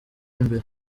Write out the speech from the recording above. imbere